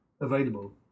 available